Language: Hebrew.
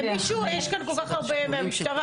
זה לא שכל שעה יש 15%. בגדול,